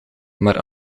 maar